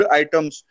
items